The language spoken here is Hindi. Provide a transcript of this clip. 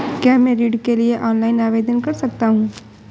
क्या मैं ऋण के लिए ऑनलाइन आवेदन कर सकता हूँ?